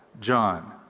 John